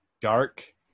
dark